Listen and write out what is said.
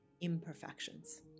imperfections